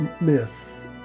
myth